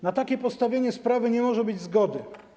Na takie postawienie sprawy nie może być zgody.